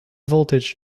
voltage